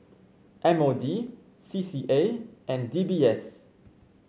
M O D C C A and D B S